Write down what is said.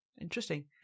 Interesting